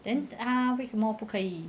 then 他为什么不可以